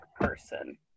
person